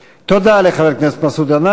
והיא הפקעה של חופש הביטוי וההתארגנות וסתימת פיות.